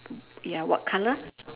ya what colour